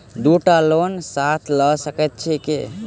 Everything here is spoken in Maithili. दु टा लोन साथ लऽ सकैत छी की?